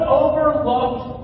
overlooked